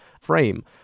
frame